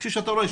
כפי שאתה רואה,